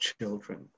children